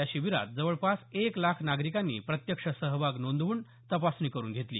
या शिबिरात जवळपास एक लाख नागरिकांनी प्रत्यक्ष सहभाग नोंदवून तपासणी करून घेतली